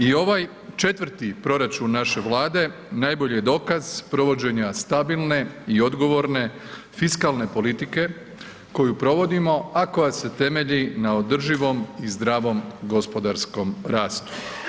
I ovaj 4 proračun naše Vlade najbolji je dokaz provođenja stabilne i odgovorne fiskalne politike koju provodimo, a koja se temelji na održivom i zdravom gospodarskom rastu.